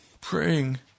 praying